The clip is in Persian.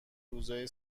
روزای